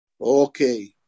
Okay